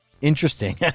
interesting